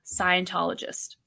Scientologist